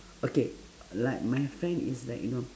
okay like my friend is like you know